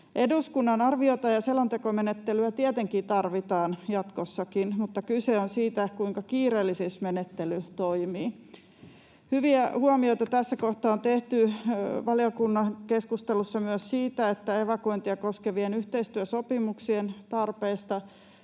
Eduskunnan arviota ja selontekomenettelyä tietenkin tarvitaan jatkossakin, mutta kyse on siitä, kuinka kiireellisyysmenettely toimii. Hyviä huomioita tässä kohtaa on tehty valiokunnan keskustelussa myös siitä, että evakuointia koskevien yhteistyösopimuksien tarvetta